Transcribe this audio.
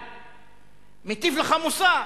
מטיף לך מוסר,